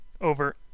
over